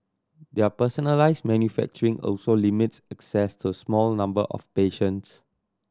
their personalised manufacturing also limits access to small number of patients